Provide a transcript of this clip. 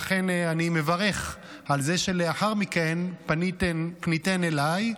לכן אני מברך על זה שלאחר מכן פניתן אליי.